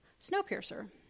snowpiercer